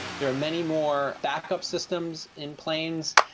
there are many more backup systems in planes,